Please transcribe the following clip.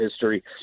history